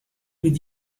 with